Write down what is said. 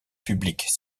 publique